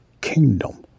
kingdom